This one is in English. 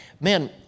man